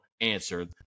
answer